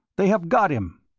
they have got him!